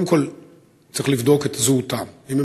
עיכבו אותם לחקירה, זה לא